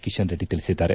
ಕಿಶನ್ ರೆಡ್ಡಿ ತಿಳಿಸಿದ್ದಾರೆ